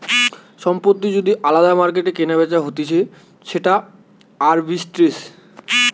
সম্পত্তি যদি আলদা মার্কেটে কেনাবেচা হতিছে সেটা আরবিট্রেজ